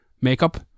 makeup